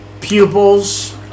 pupils